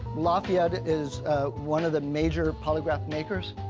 lafayette is one of the major polygraph makers.